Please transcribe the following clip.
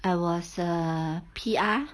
I was a P_R